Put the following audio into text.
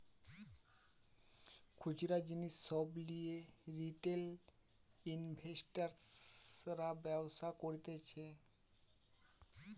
খুচরা জিনিস সব লিয়ে রিটেল ইনভেস্টর্সরা ব্যবসা করতিছে